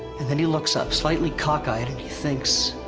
and then he looks up, slightly cockeyed, and he thinks.